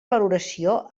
valoració